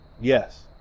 Yes